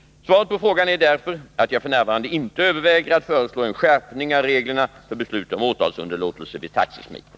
Svaret på frågan är därför att jag f.n. inte överväger att föreslå en skärpning av reglerna för beslut om åtalsunderlåtelse vid taxismitning.